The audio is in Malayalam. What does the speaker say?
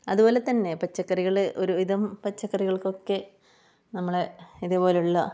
അതുപോലെ തന്നെ പച്ചക്കറികൾ ഒരുവിധം പച്ചക്കറികൾക്കൊക്കെ നമ്മളെ ഇതുപോലുള്ള